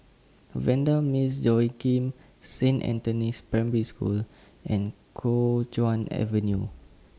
Vanda Miss Joaquim Saint Anthony's Primary School and Kuo Chuan Avenue